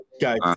Guys